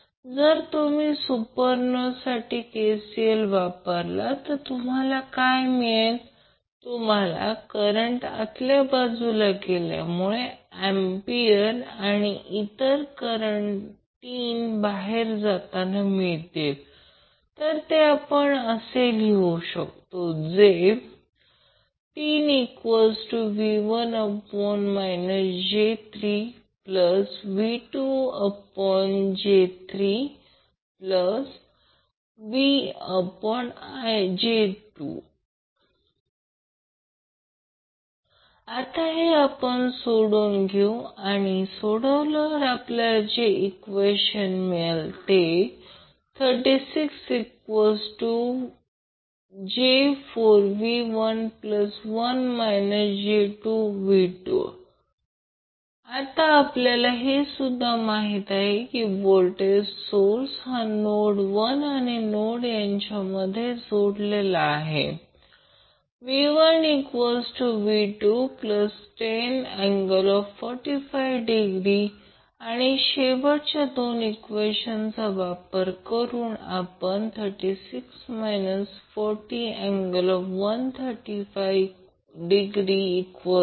जर तुम्ही या सुपरनोडसाठी KCL वापरला तर तुम्हाला काय मिळेल तुम्हाला करंट आतल्या बाजूला गेल्यामुळे एंपियर आणि इतर 3 करंट बाहेर जाताना मिळतील तर आपण लिहू शकतो 3V1 j3V2j3 V1I2 आपण हे सोडवून घेऊ आणि सोडल्यावर आपल्याला हे ईक्वेशन मिळेल जसे 36 j4V1 V2 आता आपल्याला हे सुद्धा माहिती आहे की व्होल्टेज सोर्स हा नोड 1 आणि 2 यांच्यामध्ये जोडलेला आहे V1V210∠45° शेवटच्या दोन ईक्वेशनचा वापर करून 36 40∠135°1j2V2V231